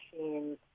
machines